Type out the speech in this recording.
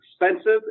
expensive